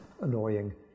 annoying